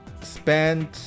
spend